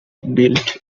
built